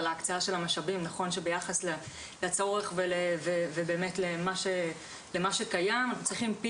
על ההקצאה של המשאבים נכון שביחס לצורך ולמה שקיים אנחנו צריכים,